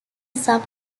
some